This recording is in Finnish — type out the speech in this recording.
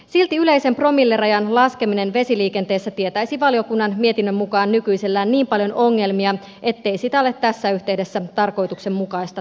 silti yleisen promillerajan laskeminen vesiliikenteessä tietäisi valiokunnan mietinnön mukaan nykyisellään niin paljon ongelmia ettei sitä ole tässä yhteydessä tarkoituksenmukaista toteuttaa